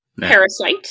Parasite